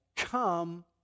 come